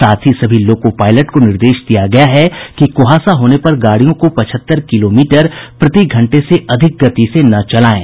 साथ ही सभी लोको पायलटों को निर्देश दिया गया है कि कुहासा होने पर गाड़ियों को पचहत्तर किलोमीटर प्रतिघंटा से अधिक गति से न चलायें